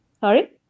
Sorry